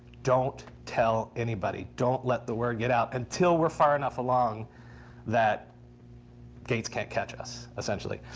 don't tell anybody. don't let the word get out until we're far enough along that gates can't catch us, essentially.